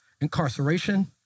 incarceration